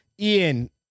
Ian